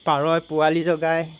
পাৰই পোৱালি জগায়